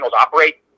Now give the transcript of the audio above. operate